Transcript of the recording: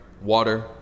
water